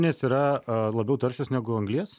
nes yra labiau taršios negu anglies